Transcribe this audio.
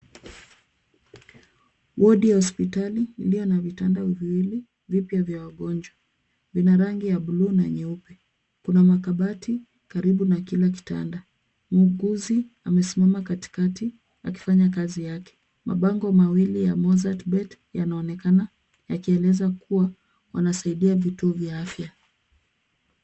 Wodi ya hospitali iliyo na vitanda viwili vipya vya wagonjwa. Vina rangi ya buluu na nyeupe. Kuna makabati karibu na kila kitanda. Mwuguzi amesimama katiakatia akifanya kazi yake. Mabango mawili ya Mozart bet yanaonekana yakieleza kuwa wanasaidia vituo vya afya.